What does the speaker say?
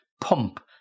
pump